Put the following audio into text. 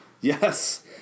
Yes